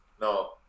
No